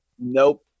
nope